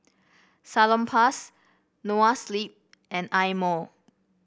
Salonpas Noa Sleep and Eye Mo